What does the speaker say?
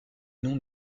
nom